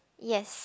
yes